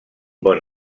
bon